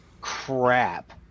crap